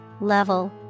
level